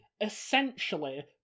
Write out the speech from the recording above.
essentially